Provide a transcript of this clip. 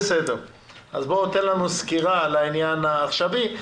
תן לנו סקירה על העניין העכשווי.